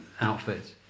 outfits